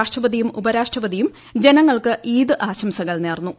രാഷ്ട്രപതിയും ഉപരാഷ്ട്രപതിയും ജനങ്ങൾക്ക് ഈദ് ആശംസകൾ നേർന്നു